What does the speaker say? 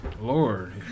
Lord